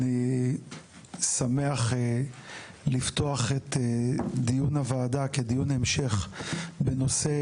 אני שמח לפתוח את דיון הוועדה כדיון המשך בנושא